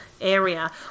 area